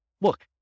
look